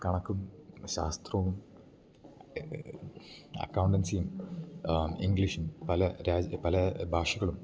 കണക്കും ശാസ്ത്രൊവും അക്കൗണ്ടൻസിയും ഇങ്ക്ലീഷും പല രാജ്യ പല ഭാഷകളും